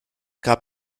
gab